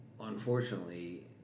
Unfortunately